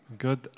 Good